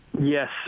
Yes